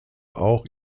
auch